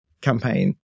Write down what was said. campaign